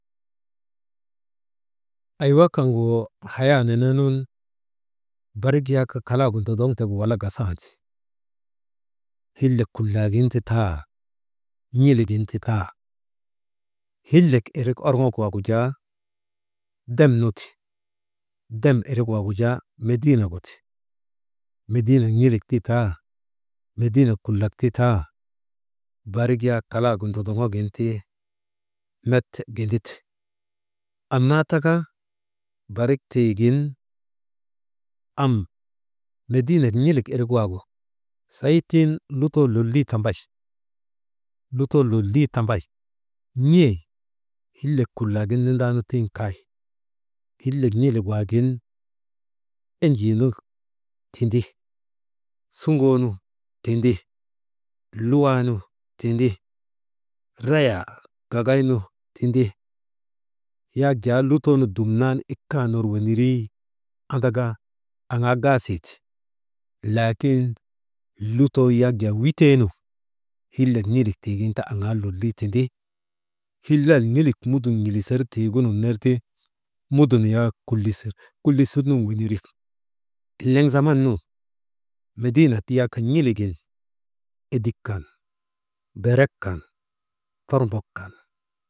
Away kaŋgu haya nenee nun kalagu barik yak ndondoŋtegu, walaa gasandi, hillek kullagin ti taa, n̰ilik gin titaa, hillek orŋok wak jaa, dem nu ti, dem irik waagu jaa mediinek gu ti, medii nek n̰ilik ti taa, mediinek kulak titaa, barik yak kalagu ndondoŋok gin ti met gindite. Annaa taka barik tiigin am mediinek n̰ilik irik waagu, seyi tiŋ lutoo lolii tambay, lutoo lilii tambay n̰e hillek kulllagin nindaanu tiŋ kay hillek n̰ilik waagin enjii nu tindi, suŋoo nu tindi, luwaa nu tindi, reyaa gagaynu tindi, yak jaa lutoo nu dumnan ika ner wenerii andaka aŋaa gaasii ti, laakin lutoo yak jaa witeenu, hilek n̰ilik tiigin ti aŋaa lolii tindi, hillal n̰ilik mudun n̰ilisir tiigunun ner ti, mudun yak, «hesitation» kulisirnun weneri, eleŋ zaman nun mediinek yak n̰iligin edik kan, berek kan, tormbok kan.